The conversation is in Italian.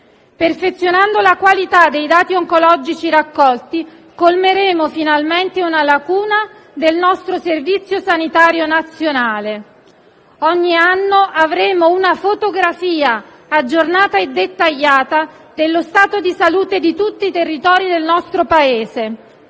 Perfezionando la qualità dei dati oncologici raccolti, colmeremo finalmente una lacuna del nostro Servizio sanitario nazionale: ogni anno avremo una fotografia aggiornata e dettagliata dello stato di salute di tutti i territori del nostro Paese.